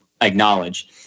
acknowledge –